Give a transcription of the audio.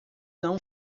não